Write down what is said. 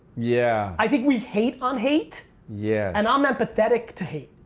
yeah i think we hate on hate yeah and i'm empathetic to hate.